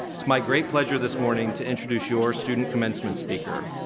it's my great pleasure this morning to introduce your student commencement speaker.